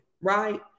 Right